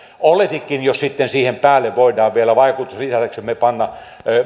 olletikin jos sitten siihen päälle voidaan vielä vaikutusta lisätäksemme panna